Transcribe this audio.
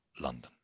London